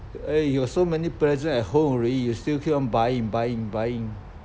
eh you got so many present at home already you still keep on buying buying buying